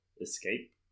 Escape